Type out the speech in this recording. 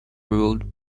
ruled